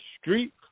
street